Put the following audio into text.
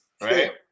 right